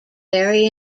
ferry